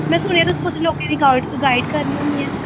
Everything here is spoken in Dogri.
में सुनेआ की तुस लोकें गी गाईड करनी होनी आं